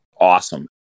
awesome